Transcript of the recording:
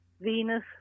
Venus